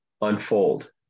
unfold